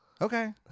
Okay